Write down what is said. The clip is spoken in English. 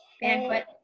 Banquet